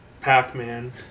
Pac-Man